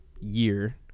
year